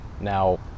now